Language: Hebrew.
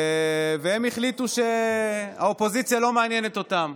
והם החליטו שהאופוזיציה לא מעניינת אותם.